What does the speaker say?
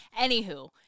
Anywho